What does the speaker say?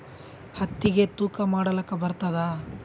ಹತ್ತಿಗಿ ತೂಕಾ ಮಾಡಲಾಕ ಬರತ್ತಾದಾ?